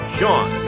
Sean